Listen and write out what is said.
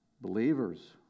believers